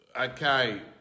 Okay